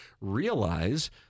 realize